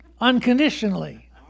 unconditionally